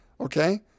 okay